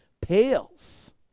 pales